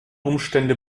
umstände